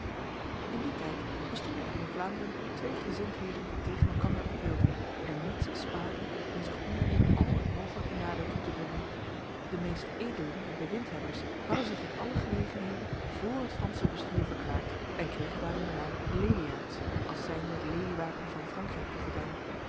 in die tijd bestonden er in vlaanderen twee gezindheden die tegen elkander opwilden en niets spaarden om zich onderling al het mogelijke nadeel toe te brengen de meeste edelen en bewindhebbers hadden zich in alle gelegenheden voor het frans bestuur verklaard en kregen daarom de naam leliaards als zijnde het leliewapen van frankrijk toegedaan